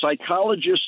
psychologists